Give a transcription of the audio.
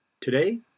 Today